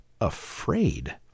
afraid